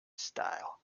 style